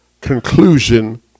conclusion